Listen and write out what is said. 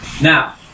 now